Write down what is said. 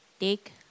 Take